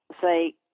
say